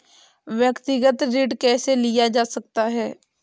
व्यक्तिगत ऋण कैसे लिया जा सकता है?